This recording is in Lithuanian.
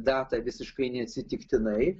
datą visiškai neatsitiktinai